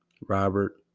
Robert